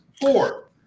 Four